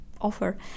offer